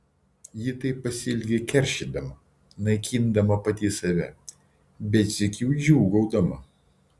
ji taip pasielgė keršydama naikindama pati save bet sykiu džiūgaudama